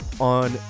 on